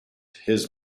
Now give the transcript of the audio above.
his